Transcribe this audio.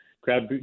Grab